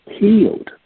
healed